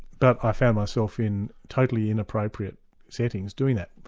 but i find myself in totally inappropriate settings doing that.